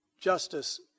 justice